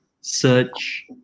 search